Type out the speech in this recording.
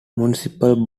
municipal